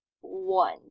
one